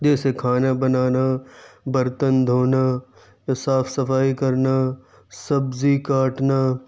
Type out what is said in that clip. جیسے کھانا بنانا برتن دھونا صاف صفائی کرنا سبزی کاٹنا